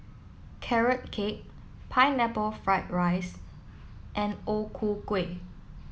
Carrot Cake Pineapple Fried Rice and O Ku Kueh